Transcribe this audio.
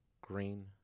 green